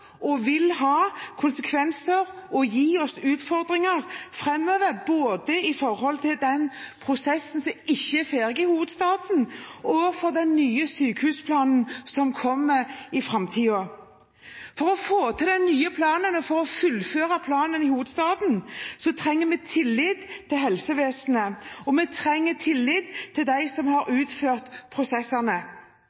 den prosessen som ikke er ferdig i hovedstaden, og for den nye sykehusplanen som kommer i framtiden. For å få til den nye planen og fullføre planen i hovedstaden trenger vi tillit til helsevesenet, og vi trenger tillit til dem som har